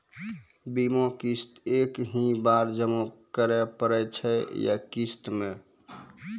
बीमा किस्त एक ही बार जमा करें पड़ै छै या किस्त मे?